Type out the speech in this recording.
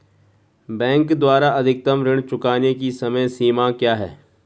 Bank द्वारा अधिकतम ऋण चुकाने की समय सीमा क्या है?